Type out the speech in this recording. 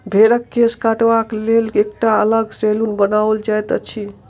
भेंड़क केश काटबाक लेल एकटा अलग सैलून बनाओल जाइत अछि